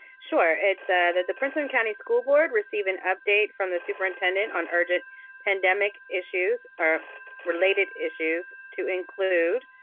sure, it's that the prince william and county school board receive an update from the superintendent on urgent pandemic issues, or related issues to include,